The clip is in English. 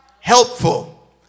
helpful